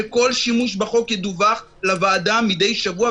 שכל שימוש בחוק ידווח לוועדה מדי שבוע,